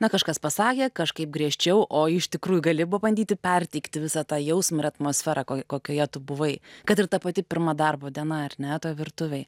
na kažkas pasakė kažkaip griežčiau o iš tikrųjų gali pabandyti perteikti visą tą jausmą ir atmosferą ko kokioje tu buvai kad ir ta pati pirma darbo diena ar ne toj virtuvėj